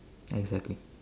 exactly